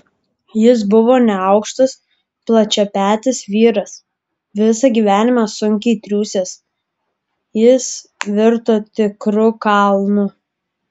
jis buvo neaukštas plačiapetis vyras visą gyvenimą sunkiai triūsęs jis virto tikru kalnu